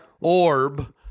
orb